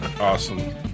awesome